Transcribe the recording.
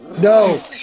No